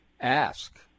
ask